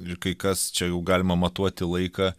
ir kai kas čia jau galima matuoti laiką